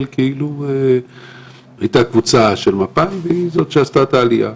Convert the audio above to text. כאילו הייתה קבוצה של מפא"י והיא זו שעשתה את העלייה.